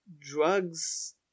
drugs